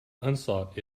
unsought